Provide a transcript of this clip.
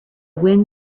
wind